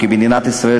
כמדינת ישראל,